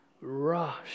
rush